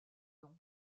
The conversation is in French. nom